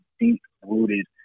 deep-rooted